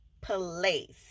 place